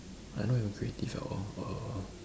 I not even creative at all err